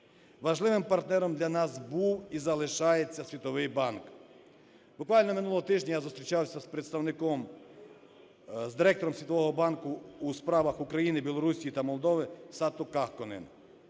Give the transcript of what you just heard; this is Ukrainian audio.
Важливим партнером для нас був і залишається Світовий банк. Буквально минулого тижня я зустрічався з представником, з директором Світового банку у справах України, Білорусії та Молдови Сату Кахконен,